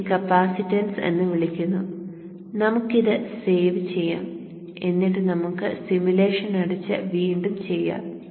ഇതിനെ കപ്പാസിറ്റൻസ് എന്ന് വിളിക്കുന്നു നമുക്ക് ഇത് സേവ് ചെയ്യാം എന്നിട്ട് നമുക്ക് സിമുലേഷൻ അടച്ച് വീണ്ടും ചെയ്യാം